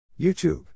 YouTube